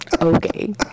Okay